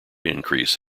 increase